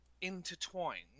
intertwined